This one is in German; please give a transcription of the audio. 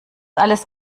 alles